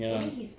ya